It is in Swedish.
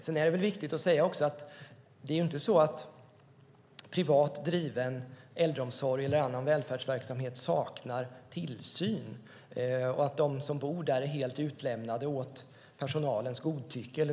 Sedan är det viktigt att säga att det inte är så att privat driven äldreomsorg eller annan verksamhet skulle sakna tillsyn och att de som bor där skulle vara helt utlämnade åt personalens godtycke.